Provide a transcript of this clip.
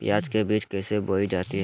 प्याज के बीज कैसे बोई जाती हैं?